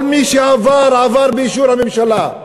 כל מי שעבר, עבר באישור הממשלה.